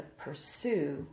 pursue